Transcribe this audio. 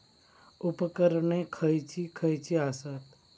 उपकरणे खैयची खैयची आसत?